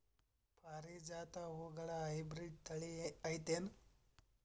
ಪಾರಿಜಾತ ಹೂವುಗಳ ಹೈಬ್ರಿಡ್ ಥಳಿ ಐತೇನು?